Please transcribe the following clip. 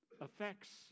affects